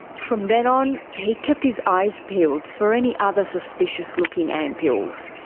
from then on he kept his eyes peeled for any other suspicious looking ampules.